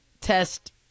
test